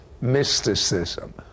mysticism